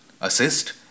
assist